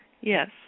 Yes